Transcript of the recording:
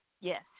Yes